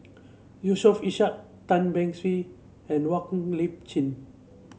Yusof Ishak Tan Beng Swee and Lip Chin